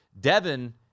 Devin